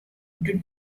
did